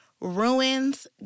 ruins